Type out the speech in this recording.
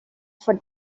for